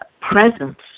presence